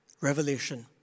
revelation